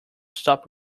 stop